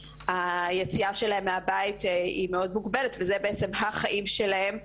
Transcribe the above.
היציאה שלהן מהבית היא מאוד מוגבלת והבית הוא בעצם החיים שלהן,